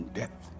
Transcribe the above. death